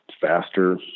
faster